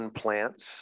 plants